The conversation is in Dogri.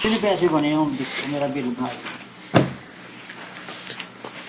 ते किन्ने पैसे बने हून मेरा बिल बनायो